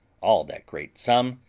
all that great sum,